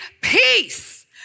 Peace